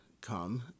come